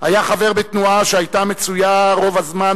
היה חבר בתנועה שהיתה מצויה רוב הזמן